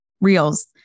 Reels